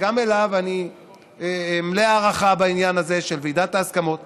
שגם אליו אני מלא הערכה בעניין הזה של ועידת ההסכמות,